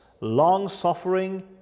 long-suffering